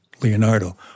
Leonardo